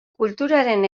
kulturaren